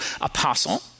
apostle